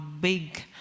big